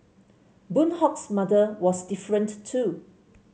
Boon Hock's mother was different too